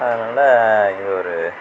அதனால் இது ஒரு